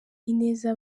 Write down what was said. ineza